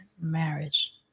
marriage